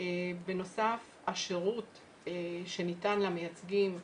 בנוסף, השירות שניתן למייצגים,